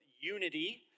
unity